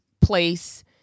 place